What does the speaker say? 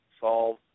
solve